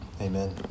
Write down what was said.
amen